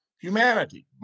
humanity